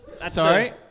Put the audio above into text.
Sorry